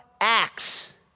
Acts